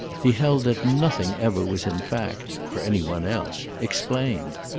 he held that nothing ever was in fact for any one else explained.